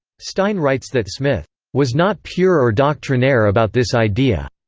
stein writes that smith was not pure or doctrinaire about this idea.